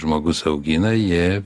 žmogus augina jie